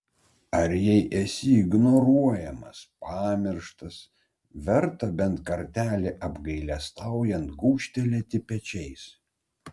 ar jei esi ignoruojamas pamirštas verta bent kartelį apgailestaujant gūžtelėti pečiais